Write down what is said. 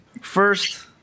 First